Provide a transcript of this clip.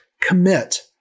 commit